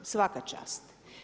Svaka čast!